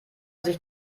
sich